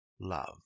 love